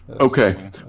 okay